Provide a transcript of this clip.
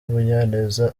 munyaneza